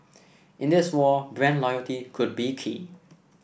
in this war brand loyalty could be key